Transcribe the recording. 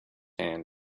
hand